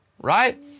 Right